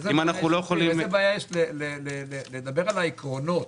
איזו בעיה יש לדבר על העקרונות?